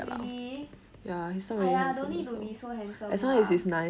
really !aiya! don't need to be so handsome lah